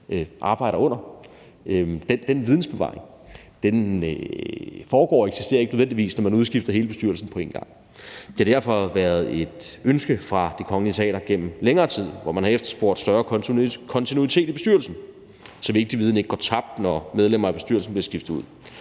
præget af diversitet, ikke nødvendigvis eksisterer, når man udskifter hele bestyrelsen på en gang. Det har derfor været et ønske fra Det Kongelige Teater igennem længere tid. Man har efterspurgt større kontinuitet i bestyrelsen, så vigtig viden ikke går tabt, når medlemmer af bestyrelsen bliver skiftet ud.